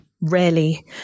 rarely